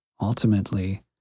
ultimately